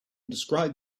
describe